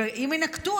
ואם יינקטו,